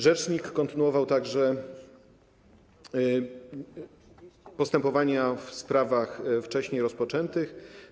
Rzecznik kontynuował także postępowania w sprawach wcześniej rozpoczętych.